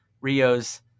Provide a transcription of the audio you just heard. Rio's